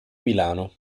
milano